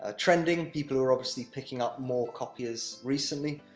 ah trending people who are obviously picking up more copiers recently.